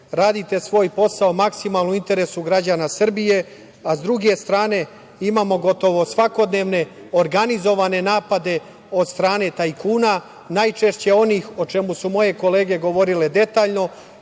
radite svoj posao maksimalno u interesu građana Srbije, a s druge strane imamo gotovo svakodnevne organizovane napade od strane tajkuna, najčešće onih, o čemu su moje kolege govorile detaljno,